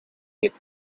keith